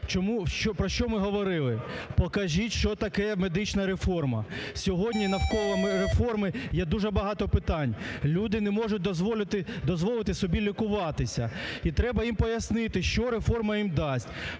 про що ми говорили. Покажіть, що таке медична реформа. Сьогодні навколо реформи є дуже багато питань. Люди не можуть дозволити собі лікуватися, і треба їм пояснити, що реформа їм дасть.